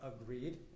agreed